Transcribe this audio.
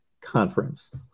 conference